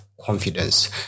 confidence